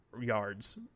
yards